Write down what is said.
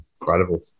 incredible